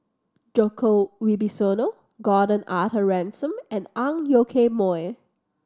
Djoko Wibisono Gordon Arthur Ransome and Ang Yoke Mooi